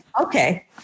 Okay